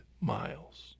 miles